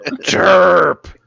chirp